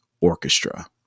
orchestra